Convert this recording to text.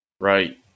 Right